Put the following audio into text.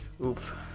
Oof